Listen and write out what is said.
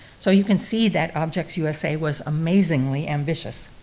so you can see that objects usa was amazingly ambitious.